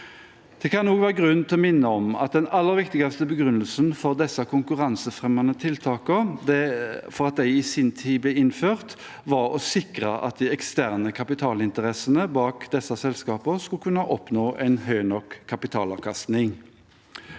Det kan også være grunn til å minne om at den aller viktigste begrunnelsen for at disse konkurransefremmende tiltakene i sin tid ble innført, var å sikre at de eksterne kapitalinteressene bak disse selskapene skulle kunne oppnå en høy nok kapitalavkastning.